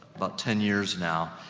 but ten years now.